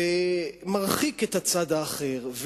ומרחיק את הצד האחר.